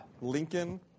Lincoln